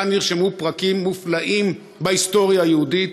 כאן נרשמו פרקים מופלאים בהיסטוריה היהודית.